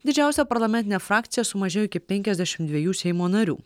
didžiausia parlamentinė frakcija sumažėjo iki penkiasdešim dviejų seimo narių